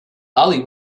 ali